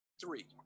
Three